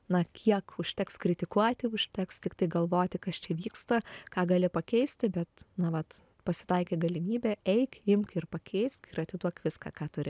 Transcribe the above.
na kiek užteks kritikuoti užteks tiktai galvoti kas čia vyksta ką gali pakeisti bet na vat pasitaikė galimybė eik imk ir pakeisk ir atiduok viską ką turi